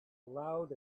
loud